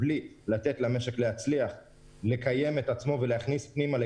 בלי לתת למשק לקיים את עצמו אנחנו לא